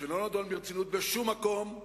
שלא נדון ברצינות בשום מקום,